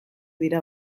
dira